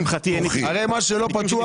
הרי מה שלא פתוח,